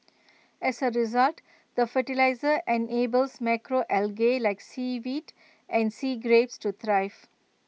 as A result the fertiliser enables macro algae like seaweed and sea grapes to thrive